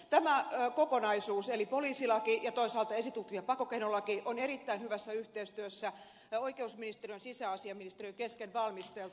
tämä kokonaisuus eli poliisilaki ja toisaalta esitutkinta ja pakkokeinolaki on erittäin hyvässä yhteistyössä oikeusministeriön ja sisäasiainministeriön kesken valmisteltu